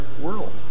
world